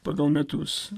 pagal metus